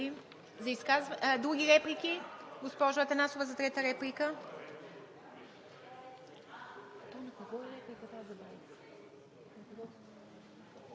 Други реплики? Госпожо Атанасова, за трета реплика.